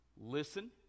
Listen